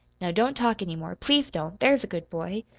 now don't talk any more please don't there's a good boy.